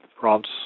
France